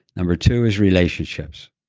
number two is relationships.